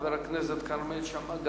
חבר הכנסת כרמל שאמה,